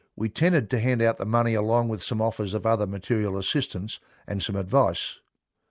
we tended to hand out the money along with some offers of other material assistance and some advice.